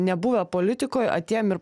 nebuvę politikoj atėjom ir